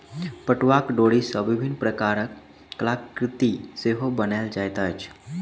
पटुआक डोरी सॅ विभिन्न प्रकारक कलाकृति सेहो बनाओल जाइत अछि